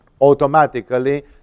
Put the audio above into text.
automatically